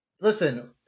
Listen